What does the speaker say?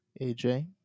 aj